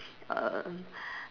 um